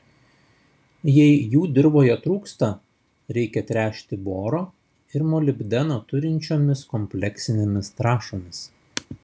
jei jų dirvoje trūksta reikia tręšti boro ir molibdeno turinčiomis kompleksinėmis trąšomis